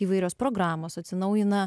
įvairios programos atsinaujina